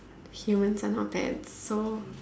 humans are now pets so